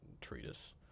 treatise